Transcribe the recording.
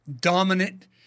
dominant